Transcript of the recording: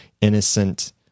innocent